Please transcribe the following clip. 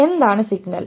എന്താണ് സിഗ്നൽ